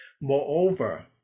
moreover